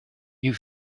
you